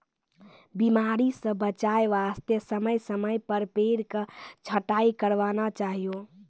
बीमारी स बचाय वास्तॅ समय समय पर पेड़ के छंटाई करवाना चाहियो